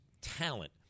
talent